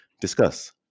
discuss